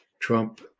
Trump